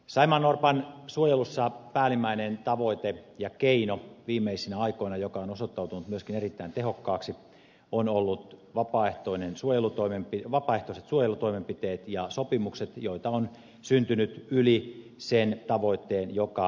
saimaannorpan suojelussa viimeisinä aikoina päällimmäinen tavoite ja keino joka on osoittautunut myöskin erittäin tehokkaaksi ovat olleet vapaaehtoiset suojelutoimenpiteet ja sopimukset joita on syntynyt yli sen tavoitteen joka asetettiin